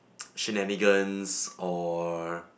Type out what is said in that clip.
shenanigans or